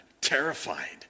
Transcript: terrified